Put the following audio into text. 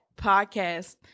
podcast